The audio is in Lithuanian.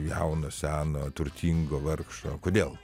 jauno seno turtingo vargšo kodėl